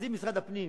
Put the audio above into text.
אז אם משרד הפנים,